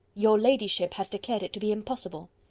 your ladyship has declared it to be impossible.